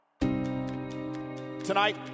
Tonight